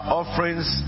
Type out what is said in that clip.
offerings